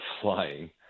flying